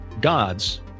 gods